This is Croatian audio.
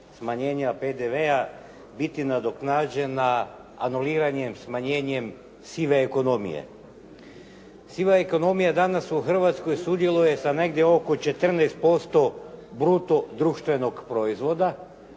smanjenja PDV-a biti nadoknađena anuliranjem, smanjenjem sive ekonomije. Siva ekonomija danas u Hrvatskoj sudjeluje sa negdje oko 14% bruto društvenog proizvoda